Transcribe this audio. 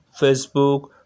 Facebook